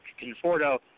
Conforto